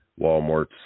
Walmart's